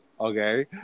okay